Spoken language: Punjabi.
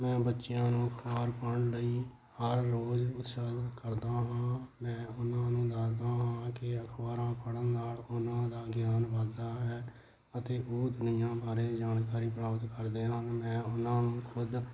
ਮੈਂ ਬੱਚਿਆਂ ਨੂੰ ਖਾਣ ਪਾਣ ਲਈ ਹਰ ਰੋਜ਼ ਉਤਸਾਹਿਤ ਕਰਦਾ ਹਾਂ ਮੈਂ ਉਹਨਾਂ ਨੂੰ ਦੱਸਦਾ ਹਾਂ ਕਿ ਅਖਬਾਰਾਂ ਪੜ੍ਹਨ ਨਾਲ ਉਹਨਾਂ ਦਾ ਗਿਆਨ ਵੱਧਦਾ ਹੈ ਅਤੇ ਉਹ ਦੁਨੀਆਂ ਬਾਰੇ ਜਾਣਕਾਰੀ ਪ੍ਰਾਪਤ ਕਰਦੇ ਹਨ ਮੈਂ ਉਹਨਾਂ ਨੂੰ ਖੁਦ